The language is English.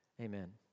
Amen